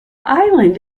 island